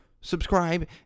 subscribe